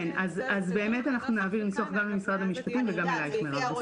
נעביר הצעת נוסח גם למשרד המשפטים וגם אליך.